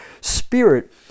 Spirit